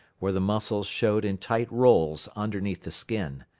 where the muscles showed in tight rolls underneath the skin.